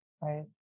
Right